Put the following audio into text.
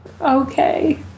Okay